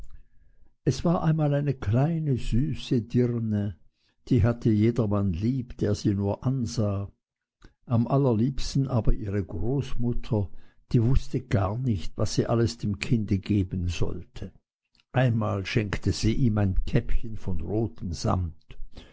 es war einmal eine kleine süße dirne die hatte jedermann lieb der sie nur ansah am allerliebsten aber ihre großmutter die wußte gar nicht was sie alles dem kinde geben sollte einmal schenkte sie ihm ein käppchen von rotem sammet